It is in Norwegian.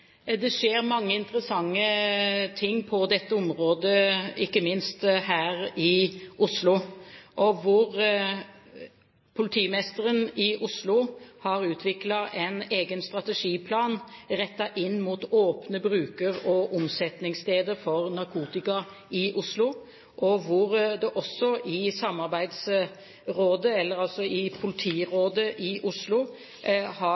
Det skjer mange interessante ting på dette området, ikke minst her i Oslo, hvor politimesteren har utviklet en egen strategiplan rettet inn mot åpne bruker- og omsetningssteder for narkotika i Oslo, og hvor det også i politirådet i Oslo derfor har